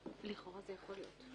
לכאורה זה יכול להיות.